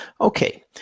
okay